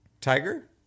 Tiger